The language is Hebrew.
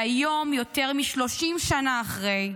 והיום, יותר מ-30 שנה אחרי,